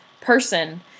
person